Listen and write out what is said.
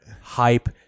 hype